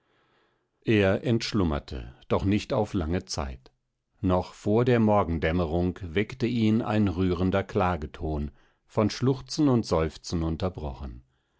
er entschlummerte doch nicht auf lange zeit noch vor der morgendämmerung weckte ihn ein rührender klageton von schluchzen und seufzen unterbrochen